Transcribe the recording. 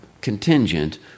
contingent